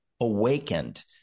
awakened